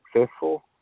successful